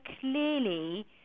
clearly